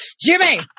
Jimmy